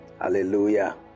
Hallelujah